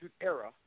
Era